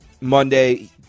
Monday –